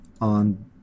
on